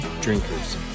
drinkers